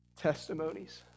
Testimonies